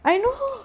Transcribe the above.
I know